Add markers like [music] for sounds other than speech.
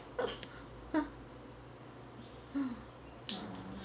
[laughs]